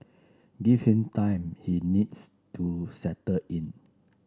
give him time he needs to settle in